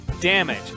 damage